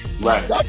Right